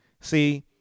See